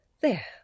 There